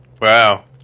Wow